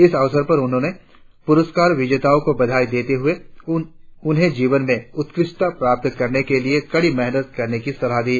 इस अवसर पर उन्होंने पुरस्कार विजेताओ को बधाई देते हुए उन्हें जीवन में उत्कृष्टता प्राप्त करने के लिए कड़ी मेहनत करने की सलाह दी